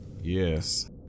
Yes